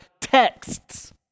texts